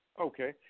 Okay